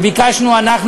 וביקשנו אנחנו,